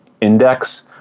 index